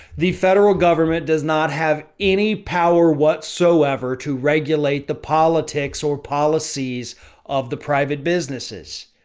the federal government does not have any power whatsoever to regulate the politics or policies of the private businesses.